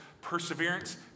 Perseverance